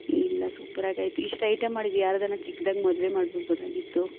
ಇಲ್ಲ ಸೂಪರಾಗಾಯ್ತು ಇಷ್ಟು ಐಟಮ್ ಮಾಡಿದಿಯಾ ಯಾರಿಗಾನ ಒಂದು ಚಿಕ್ದಾಗಿ ಮದುವೆ ಮಾಡಿಬಿಡ್ಬೋದಾಗಿತ್ತು